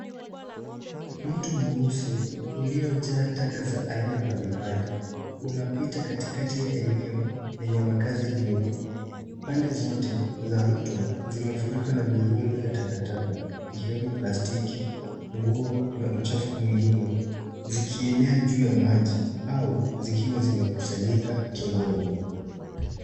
Mto mweusi uliojaa taka za aina mbalimbali, unapita katikati ya eneo lenye makazi duni .Pande zote za mto zimefurika na milundo ya takataka, ikiwemo plastiki, nguo na uchafu mwingine ,zikielea juu ya maji au zikiwa zimekusanyika kingoni.